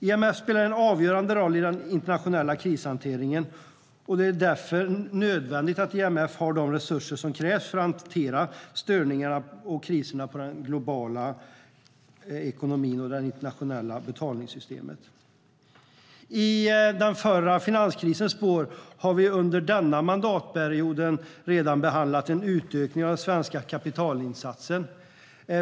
IMF spelar en avgörande roll i den internationella krishanteringen, och därför är det nödvändigt att IMF har de resurser som krävs för att kunna hantera störningarna och kriserna i den globala ekonomin och i det internationella betalningssystemet. I den förra finanskrisens spår har vi under denna mandatperiod redan behandlat en utökning av den svenska kapitalinsatsen.